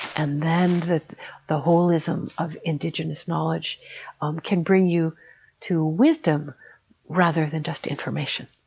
and then, the the holism of indigenous knowledge can bring you to wisdom rather than just information.